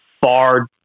far